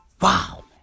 Wow